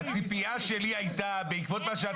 הציפייה שלי הייתה, בעקבות מה שאת